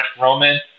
Roman